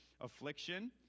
affliction